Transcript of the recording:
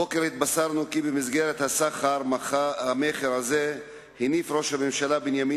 הבוקר התבשרנו כי במסגרת הסחר-מכר הזה הניף ראש הממשלה בנימין